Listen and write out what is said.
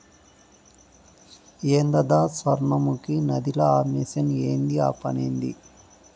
ఏందద సొర్ణముఖి నదిల ఆ మెషిన్ ఏంది ఆ పనేంది